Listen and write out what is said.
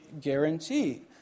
guarantee